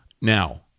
Now